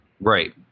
Right